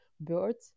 birds